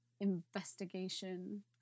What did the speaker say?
Investigation